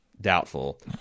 Doubtful